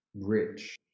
rich